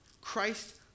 Christ